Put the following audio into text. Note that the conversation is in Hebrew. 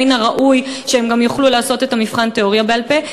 מן הראוי שהם יוכלו לעשות גם את מבחן התיאוריה בעל-פה.